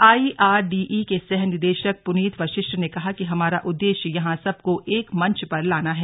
आई R D E के सह निदेशक प्रनीत वशिष्ठ ने कहा कि हमारा उददेश्य यहां सबको एक मंच पर लाना है